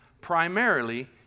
primarily